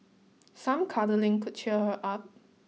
some cuddling could cheer her up